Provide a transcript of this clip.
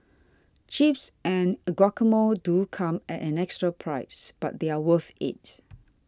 chips and a guacamole do come at an extra price but they're worth it